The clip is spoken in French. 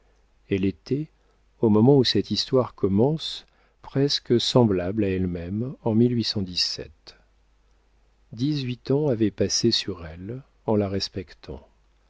elle était au moment où cette histoire commence presque semblable à elle-même en i ans avaient passé sur elle en la respectant